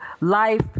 life